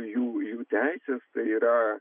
jų jų teisės tai yra